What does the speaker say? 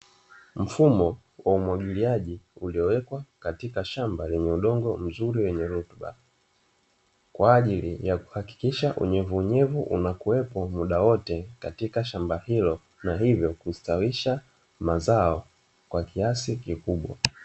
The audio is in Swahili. Mfumo wa umwagiliaji uliowekwa katika shamba lenye udongo mzuri, wenye rutuba kwa ajili ya kuhakikisha unyevuunyevu unakuwepo muda wote katika shamba hilo na hivyo kustawisha mazao kwa kiasi kikubwa.